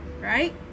Right